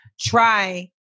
try